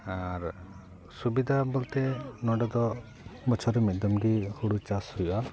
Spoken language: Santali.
ᱟᱨ ᱥᱩᱵᱤᱫᱟ ᱵᱚᱞᱛᱮ ᱱᱚᱸᱰᱮ ᱫᱚᱵᱚᱪᱷᱚᱨᱮ ᱢᱤᱫ ᱫᱚᱢ ᱜᱮ ᱦᱩᱲᱩ ᱪᱟᱥ ᱦᱩᱭᱩᱜᱼᱟ